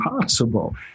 possible